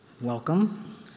Welcome